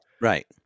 Right